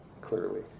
clearly